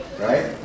Right